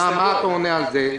מה אתה עונה על זה?